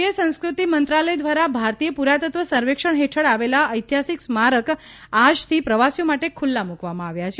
કેન્દ્રીય સંસ્કૃતિ મંત્રાલય દ્વારા ભારતીય પુરાતત્વ સર્વેક્ષણ હેઠળ આવેલાં ઐતિહાસિક સ્મારક આજથી પ્રવાસીઓ માટે ખૂલ્લામાં આવ્યાં છે